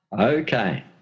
Okay